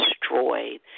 destroyed